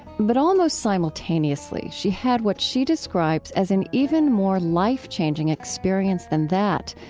but almost simultaneously, she had what she describes as an even more life-changing experience than that,